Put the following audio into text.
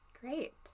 Great